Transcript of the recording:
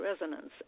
resonance